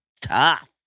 tough